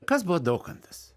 kas buvo daukantas